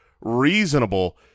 reasonable